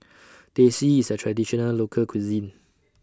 Teh C IS A Traditional Local Cuisine